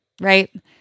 right